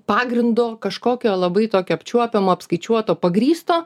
pagrindo kažkokio labai tokio apčiuopiamo apskaičiuoto pagrįsto